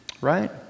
right